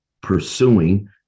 pursuing